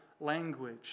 language